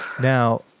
Now